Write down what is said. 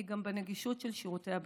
היא גם בנגישות של שירותי הבריאות.